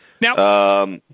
Now